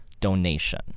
donation